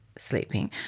sleeping